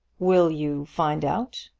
will you find out?